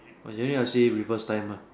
actually I see reverse time mah